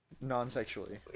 non-sexually